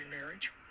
marriage